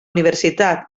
universitat